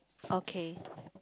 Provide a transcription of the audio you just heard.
okay